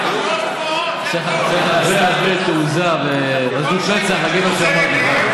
צריך הרבה תעוזה ועזות מצח להגיד את מה שאמרת,